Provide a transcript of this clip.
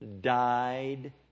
died